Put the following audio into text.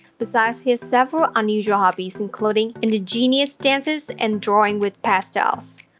besides, he has several unusual hobbies including indigenous dances and drawing with pastels.